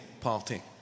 party